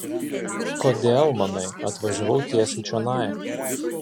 kodėl manai atvažiavau tiesiai čionai